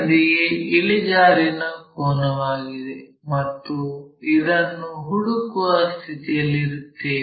P ಯೊಂದಿಗೆ ಇಳಿಜಾರಿನ ಕೋನವಾಗಿದೆ ಮತ್ತು ಅದನ್ನು ಹುಡುಕುವ ಸ್ಥಿತಿಯಲ್ಲಿರುತ್ತೇವೆ